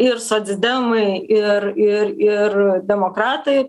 ir socdemai ir ir ir demokratai